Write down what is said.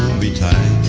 the time